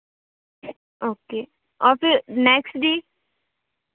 okay और फिर next week